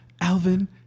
Alvin